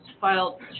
filed